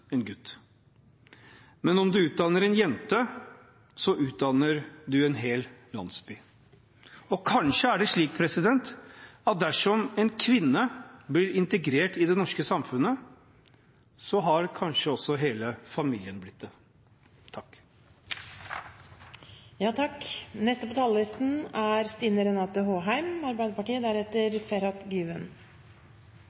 en gutt, har du utdannet en gutt, men om du utdanner en jente, utdanner du en hel landsby. Kanskje er det slik at dersom en kvinne blir integrert i det norske samfunnet, har kanskje også hele familien blitt det.